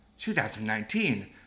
2019